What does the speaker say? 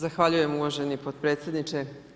Zahvaljujem uvaženi potpredsjedniče.